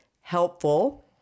helpful